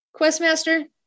Questmaster